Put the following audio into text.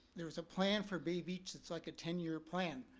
there's a plan for bay beach, it's like a ten year plan.